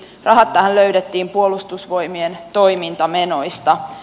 rahat tähän löydettiin puolustusvoimien toimintamenoista